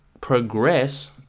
progress